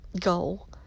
goal